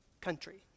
country